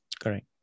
Correct